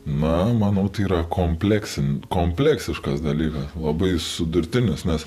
na manau tai yra kompleksin kompleksiškas dalykas labai sudurtinis nes